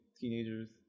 teenagers